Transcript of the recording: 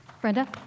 Brenda